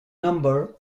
number